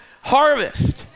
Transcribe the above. harvest